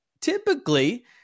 typically